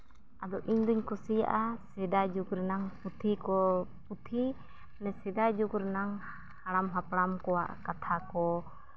ᱟᱫᱚ ᱤᱧᱫᱩᱧ ᱠᱩᱥᱤᱭᱟᱜᱼᱟ ᱥᱮᱫᱟᱭ ᱡᱩᱜᱽ ᱨᱮᱱᱟᱜ ᱯᱩᱛᱷᱤ ᱠᱚ ᱯᱩᱛᱷᱤ ᱚᱱᱮ ᱥᱮᱫᱟᱭ ᱡᱩᱜᱽ ᱨᱮᱱᱟᱜ ᱦᱟᱲᱟᱢᱼᱦᱟᱯᱲᱟᱢ ᱠᱚᱣᱟᱜ ᱠᱟᱛᱷᱟ ᱠᱚ